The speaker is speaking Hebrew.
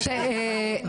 נתעמק בסוגייה.